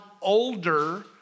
older